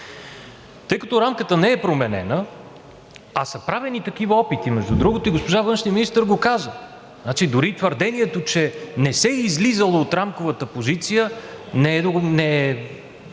Тъй като рамката не е променена, а са правени такива опити между другото и госпожа външният министър го каза. Дори твърдението, че не се е излизало от рамковата позиция, не е